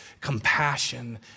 compassion